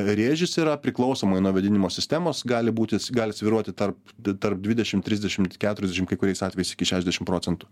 rėžis yra priklausomai nuo vėdinimo sistemos gali būti gali svyruoti tarp tarp dvidešimt trisdešimt keturiasdešimt kai kuriais atvejais iki šešiasdešimt procentų